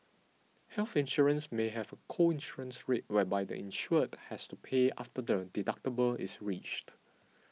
health insurance may have a co insurance rate whereby the insured has to pay after the deductible is reached